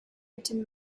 written